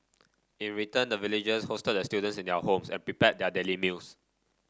in return the villagers hosted the students in their homes and prepared their daily meals